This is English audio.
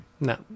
No